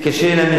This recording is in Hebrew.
קשה לי להאמין,